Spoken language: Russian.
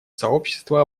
сообщество